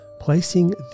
placing